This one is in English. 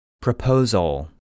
Proposal